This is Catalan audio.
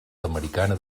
americana